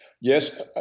Yes